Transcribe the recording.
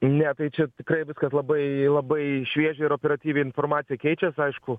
ne tai čia tikrai viskas labai labai šviežia ir operatyviai informacija keičias aišku